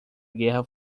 guerra